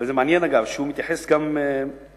וזה מעניין שהוא מתייחס גם לעצמו: